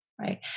right